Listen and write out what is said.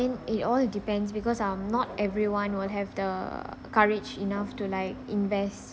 it all depends because um not everyone will have the courage enough to like invest